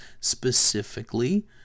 specifically